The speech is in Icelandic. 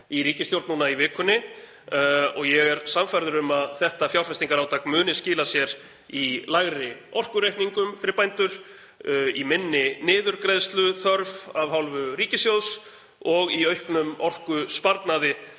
í ríkisstjórn núna í vikunni og ég er sannfærður um að þetta fjárfestingarátak muni skila sér í lægri orkureikningum fyrir bændur, í minni niðurgreiðsluþörf af hálfu ríkissjóðs og í auknum orkusparnaði